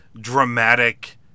dramatic